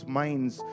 minds